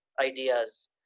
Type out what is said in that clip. ideas